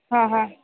हां हां